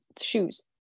shoes